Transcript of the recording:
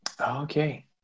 okay